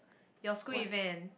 your school event